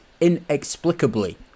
inexplicably